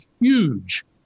huge